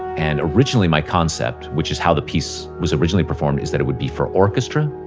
and originally my concept, which is how the piece was originally performed is that it would be for orchestra.